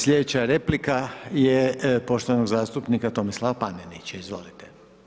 Sljedeća replika je poštovanog zastupnika Tomislava Panenića, izvolite.